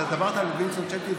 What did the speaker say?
אתה אמרת וינסטון צ'רצ'יל,